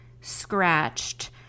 scratched